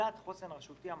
המשמעות של מדד חוסן רשותי היא